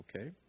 Okay